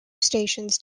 stations